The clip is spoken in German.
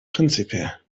príncipe